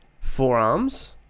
forearms